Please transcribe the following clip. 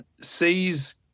sees